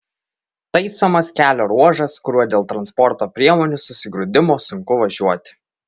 taisomas kelio ruožas kuriuo dėl transporto priemonių susigrūdimo sunku važiuoti